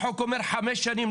החוק אומר חמש שנים,